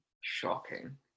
Shocking